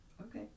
Okay